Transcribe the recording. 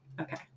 Okay